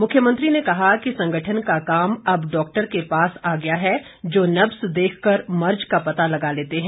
मुख्यमंत्री ने कहा कि संगठन का काम अब डॉक्टर के पास आ गया है जो नब्ज देखकर मर्ज का पता लगा लेते हैं